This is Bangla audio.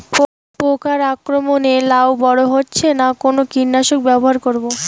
পোকার আক্রমণ এ লাউ বড় হচ্ছে না কোন কীটনাশক ব্যবহার করব?